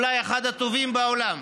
אולי אחד הטובים בעולם,